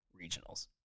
regionals